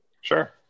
Sure